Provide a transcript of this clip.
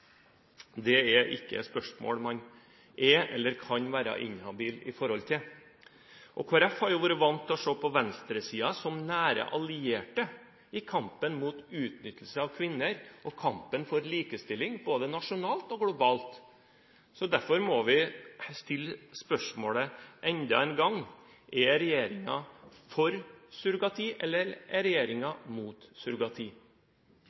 Det er ikke spørsmål man er eller kan være inhabil i forhold til. Kristelig Folkeparti har vært vant til å se på venstresiden som nær alliert i kampen mot utnyttelse av kvinner og i kampen for likestilling både nasjonalt og globalt. Derfor må vi stille spørsmålet enda en gang: Er regjeringen for surrogati, eller er